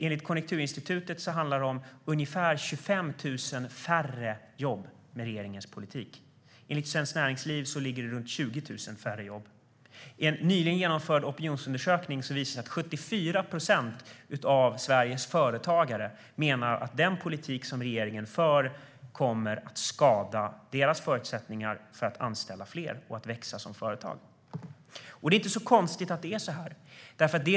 Enligt Konjunkturinstitutet handlar det om ungefär 25 000 färre jobb med regeringens politik. Enligt Svenskt Näringsliv handlar det om runt 20 000 färre jobb. I en nyligen genomförd opinionsundersökning visade det sig att 74 procent av Sveriges företagare menar att den politik som regeringen för kommer att skada deras förutsättningar för att anställa fler och att växa som företag. Det är inte så konstigt att det är så här.